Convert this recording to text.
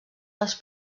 les